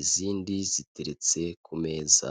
izindi ziteretse ku meza.